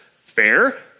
fair